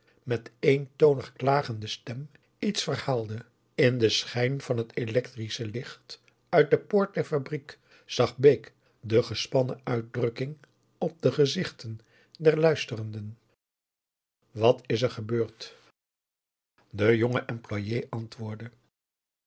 de dessa klagende stem iets verhaalde in den schijn van het electrische licht uit de poort der fabriek zag bake de gespannen uitdrukking op de gezichten der luisterenden wat is er gebeurd de jonge employé antwoordde